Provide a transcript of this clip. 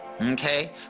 Okay